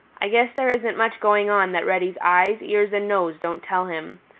i guess there isn't much going on that reddy's eyes, ears and nose don't tell him.